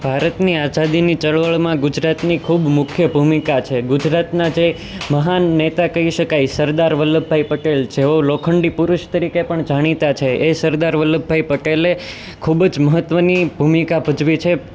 ભારતની આઝાદીની ચળવળમાં ગુજરાતની ખૂબ મુખ્ય ભૂમિકા છે ગુજરાતના જે મહાન નેતા કહી શકાય સરદાર વલ્લભભાઈ પટેલ જેઓ લોખંડી પુરુષ તરીકે પણ જાણીતા છે એ સરદાર વલ્લભભાઈ પટેલે ખૂબ જ મહત્ત્વની ભૂમિકા ભજવી છે